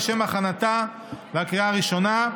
לשם הכנתה לקריאה הראשונה.